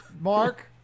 Mark